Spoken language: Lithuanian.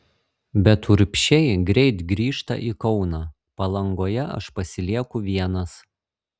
bet urbšiai greit grįžta į kauną palangoje aš pasilieku vienas